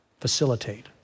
facilitate